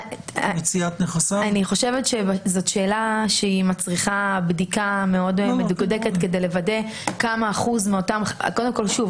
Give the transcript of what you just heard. זאת שאלה שמצריכה בדיקה מאוד מדוקדקת כדי לוודא כמה אחוז מאותם -- שוב,